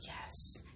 Yes